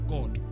God